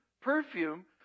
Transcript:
perfume